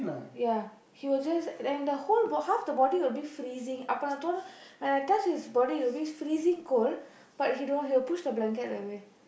ya he will just and the whole bo~ half the body will be freezing அப்ப நான் தொட:appa naan thoda when I touch his body it'll be freezing cold but he don't want he will push the blanket away